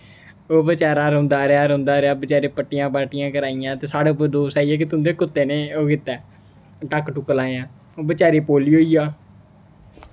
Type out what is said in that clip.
ओह् बचैरा रौंदा रेहा रौंदा रेहा बचारे पट्टियां पुट्टियां कराइयां ते साढ़े दोस्त आइयै तुं'दे कुत्ते ने एह् कीता ऐ टक्क टुक्क लाए ऐं ओह् बचारे ई पोलियो होइया